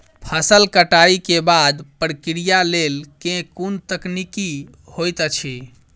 फसल कटाई केँ बादक प्रक्रिया लेल केँ कुन तकनीकी होइत अछि?